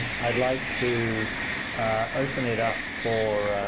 i'd like to open it up for